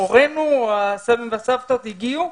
הורינו או הסבים והסבתות הגיעו,